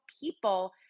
people